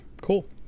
Cool